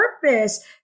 purpose